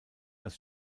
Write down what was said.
als